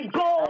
go